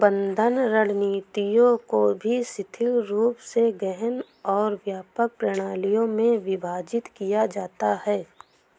प्रबंधन रणनीतियों को भी शिथिल रूप से गहन और व्यापक प्रणालियों में विभाजित किया जाता है